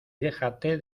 déjate